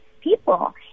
people